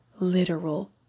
literal